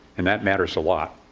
and that matters a lot.